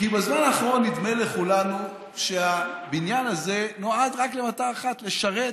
כי בזמן האחרון נדמה לכולנו שהבניין הזה נועד רק למטרה אחת: לשרת